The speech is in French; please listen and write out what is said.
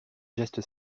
geste